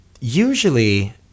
usually